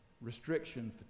Restriction